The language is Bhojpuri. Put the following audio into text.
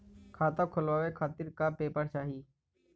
खाता खोलवाव खातिर का का पेपर चाही?